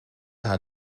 haar